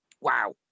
Wow